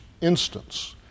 instance